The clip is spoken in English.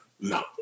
no